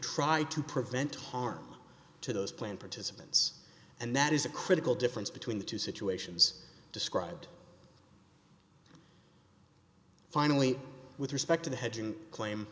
try to prevent harm to those planned participants and that is a critical difference between the two situations described finally with respect to the hedging claim